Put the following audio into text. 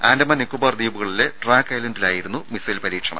ആൻഡമാൻ നിക്കോബാർ ദ്വീപുകളിലെ ട്രാക്ക് ഐലന്റിലായിരുന്നു മിസൈൽ പരീക്ഷണം